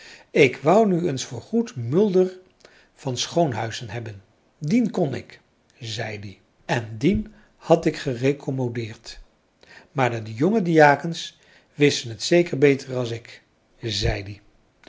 ik wou nu eens voorgoed mulder van schoonhuizen hebben dien kon ik zeid'ie en dien had ik gerecommodeerd maar de jonge diakens wisten t zeker beter als ik zeid'ie dit